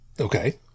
Okay